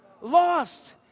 lost